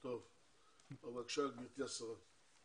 בבקשה, גברתי השרה.